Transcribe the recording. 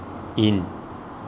in